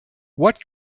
what